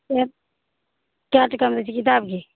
कै टकामे दै छही किताब गे